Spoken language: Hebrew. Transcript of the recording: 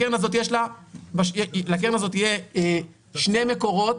לקרן הזאת יהיו שני מקורות,